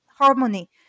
harmony